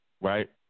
right